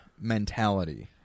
mentality